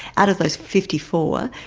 out of those fifty four,